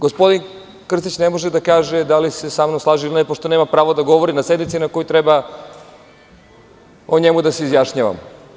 Gospodin Krstić ne može da kaže da li se sa mnom slaže ili ne pošto nema pravo da govori na sednici na kojoj treba o njemu da se izjašnjavamo.